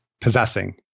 possessing